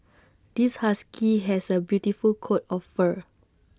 this husky has A beautiful coat of fur